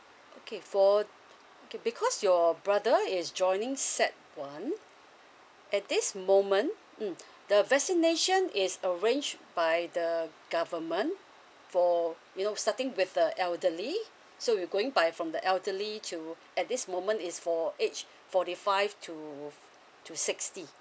okay for okay because your brother is joining set one at this moment mm the vaccination is arranged by the government for you know starting with the elderly so we're going by from the elderly to at this moment is for age forty five to to sixty